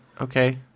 okay